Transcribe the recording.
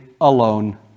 alone